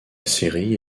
série